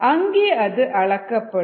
அங்கே அது அளக்கப்படும்